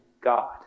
God